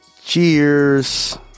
cheers